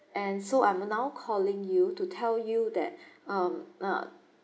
and so I'm now calling you to tell you that um uh